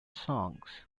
songs